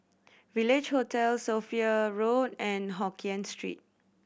Village Hotel Sophia Road and Hokkien Street